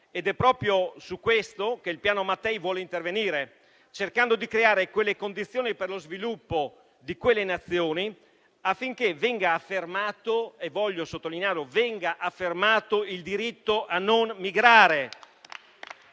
È proprio su questo che il Piano Mattei vuole intervenire, cercando di creare le condizioni per lo sviluppo di quelle Nazioni, affinché venga affermato - e voglio sottolinearlo